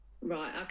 Right